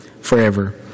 forever